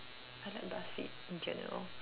I like Buzzfeed in general